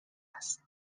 هست